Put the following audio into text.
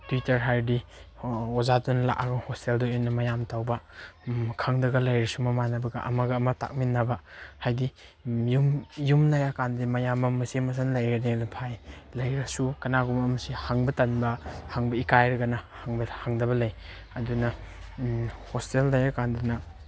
tutor ꯍꯥꯏꯔꯗꯤ ꯑꯣꯖꯥꯗꯨꯅ ꯂꯥꯛꯑꯒ ꯍꯣꯁꯇꯦꯜꯗꯨꯒꯤ ꯑꯣꯏꯅ ꯃꯌꯥꯝ ꯇꯧꯕ ꯈꯪꯗ꯭ꯔꯒ ꯂꯩꯔꯁꯨ ꯃꯃꯥꯟꯅꯕꯒ ꯑꯃꯒ ꯑꯃꯒ ꯇꯥꯛꯃꯤꯟꯅꯕ ꯍꯥꯏꯗꯤ ꯌꯨꯝ ꯂꯩꯔꯀꯥꯟꯗꯤ ꯃꯌꯥꯝꯕ ꯃꯆꯦ ꯃꯆꯜ ꯂꯩꯔꯅꯦꯅ ꯐꯥꯏ ꯂꯥꯏꯔꯤꯛ ꯂꯥꯏꯁꯨ ꯀꯅꯥꯒꯨꯝꯕ ꯃꯁꯤ ꯍꯪꯕ ꯇꯟꯕ ꯍꯧꯕ ꯏꯀꯥꯏꯔꯒꯅ ꯍꯪꯗꯕ ꯂꯩ ꯑꯗꯨꯅ ꯍꯣꯁꯇꯦꯜ ꯂꯩꯔꯀꯥꯟꯗꯅ